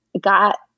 got